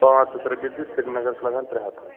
پانٛژھ ہَتھ رۄپیہِ تہٕ سرینگر چھُ لَگان ترٛےٚ ہَتھ